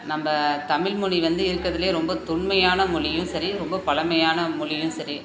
நம்ப தமிழ் மொழி வந்து இருக்கிறதுலையே ரொம்ப தொன்மையான மொழியும் சரி ரொம்ப பழமையான மொழியும் சரி